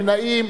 אין נמנעים.